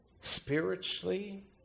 spiritually